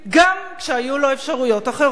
גם כשהיו לו אפשרויות אחרות.